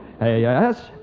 Yes